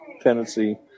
tendency